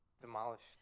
demolished